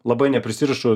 labai neprisirišu